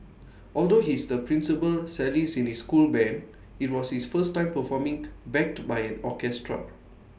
although he is the principal cellist in his school Band IT was his first time performing backed by an orchestra